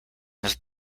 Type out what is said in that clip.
have